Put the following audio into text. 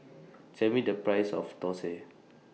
Tell Me The Price of Dosa